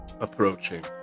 approaching